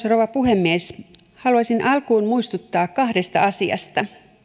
rouva puhemies haluaisin alkuun muistuttaa kahdesta asiasta